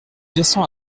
descend